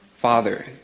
father